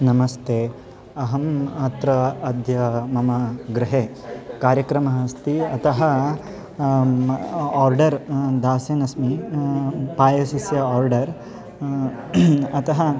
नमस्ते अहम् अत्र अद्य मम गृहे कार्यक्रमः अस्ति अतः आर्डर् दास्यन्नस्मि पायसस्य आर्डर् अतः